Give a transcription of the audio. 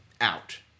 out